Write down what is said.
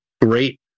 great